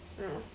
ya